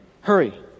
hurry